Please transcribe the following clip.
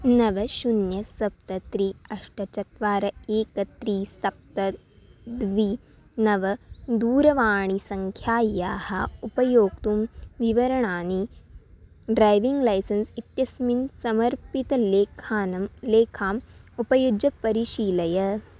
नव शून्यं सप्त त्रीणि अष्ट चत्वारि एकं त्रीणि सप्त द्वे नव दूरवाणीसङ्ख्यायाः उपयोक्तुः विवरणानि ड्रैविङ्ग् लैसेन्स् इत्यस्मिन् समर्पितलेखां लेखाम् उपयुज्य परिशीलय